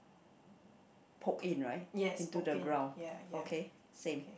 poke in right into the ground okay same